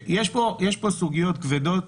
יש פה סוגיות כבדות.